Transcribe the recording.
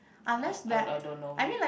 I I I don't know mayb~